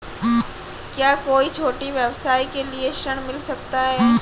क्या कोई छोटे व्यवसाय के लिए ऋण मिल सकता है?